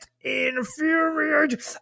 infuriated